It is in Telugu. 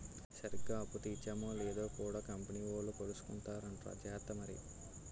సరిగ్గా అప్పు తీర్చేమో లేదో కూడా కంపెనీ వోలు కొలుసుకుంటార్రా జార్త మరి